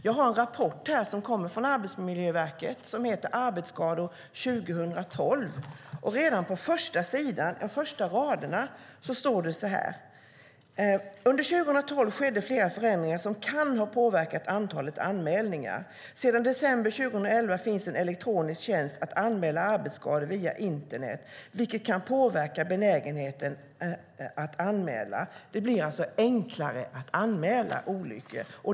Jag har en rapport som kommer från Arbetsmiljöverket och som heter Arbetsskador 2012 . Redan på de första raderna på första sidan står det: Under 2012 skedde flera förändringar som kan ha påverkat antalet anmälningar. Sedan december 2011 finns en elektronisk tjänst för att anmäla arbetsskador via internet, vilket kan påverka benägenheten att anmäla. Det blir alltså enklare att anmäla olyckor.